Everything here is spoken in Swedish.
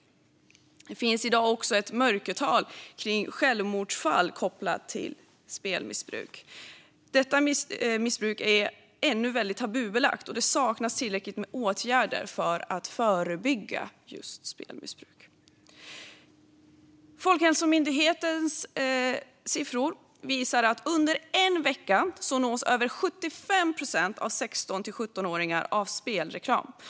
Det finns i dag också ett mörkertal kring självmordsfall kopplat till spelmissbruk. Detta missbruk är ännu väldigt tabubelagt, och det vidtas inte tillräckligt med åtgärder för att förebygga just spelmissbruk. Folkhälsomyndighetens siffror visar att över 75 procent av 16-17-åringarna nås av spelreklam under en vecka.